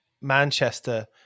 Manchester